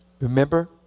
Remember